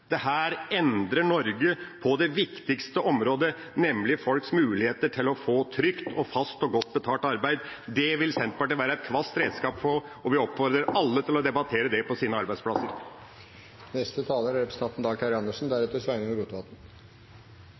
endrer Norge på det viktigste området, nemlig folks muligheter til å få trygt, fast og godt betalt arbeid. Det vil Senterpartiet være et kvast redskap for, og vi oppfordrer alle til å debattere det på sine arbeidsplasser. Det er ikke uvanlig når representanten